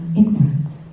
ignorance